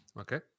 Okay